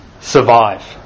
Survive